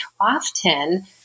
often